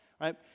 right